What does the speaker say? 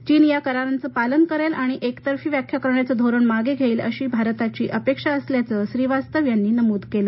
चीन या कराराचं पालन करेल आणि एकतर्फी व्याख्या करण्याचं धोरण मागं घेइल अशी भारताची अपेक्षा असल्याचं श्रीवास्तव यांनी नमूद केलं